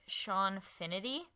Seanfinity